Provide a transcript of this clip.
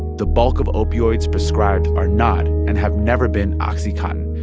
the bulk of opioids prescribed are not and have never been oxycontin,